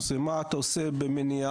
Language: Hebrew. זה מה שאתה עושה במניעה,